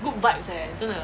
good vibes eh 真的